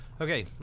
Okay